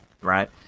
right